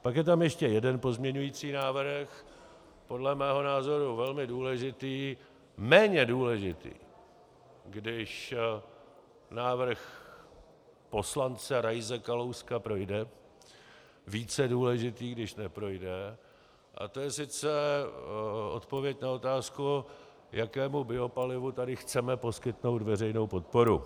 Pak je tam ještě jeden pozměňovací návrh, podle mého názoru velmi důležitý, méně důležitý, když návrh poslance Raise/Kalouska projde, více důležitý, když neprojde, a to je odpověď na otázku, jakému biopalivu tady chceme poskytnout veřejnou podporu.